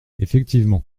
effectivement